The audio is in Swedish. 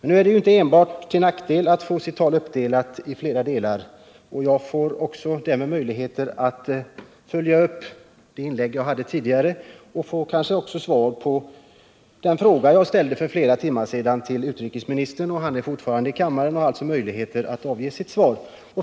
Nu är det ju inte enbart till nackdel att få sitt tal uppdelat i flera delar. Jag får därmed möjlighet att följa upp det inlägg jag hade tidigare och får nu kanske också svar på den fråga som jag för flera timmar sedan ställde till utrikesministern. Han är fortfarande kvar i kammaren och har alltså möjligheter att ge ett svar.